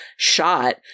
Shot